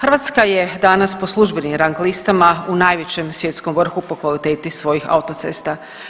Hrvatska je danas po službenim rang listama u najvećem svjetskom vrhu po kvaliteti svojih autocesta.